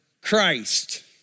Christ